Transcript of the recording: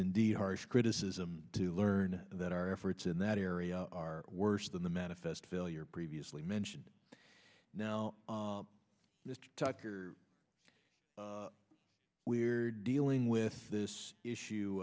indeed harsh criticism to learn that our efforts in that area are worse than the manifest failure previously mentioned now we're dealing with this issue